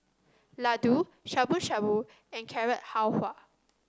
Ladoo Shabu Shabu and Carrot Halwa